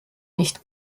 nicht